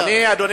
לא, אדוני.